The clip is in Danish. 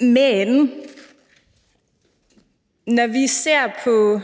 men når vi ser på